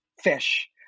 fish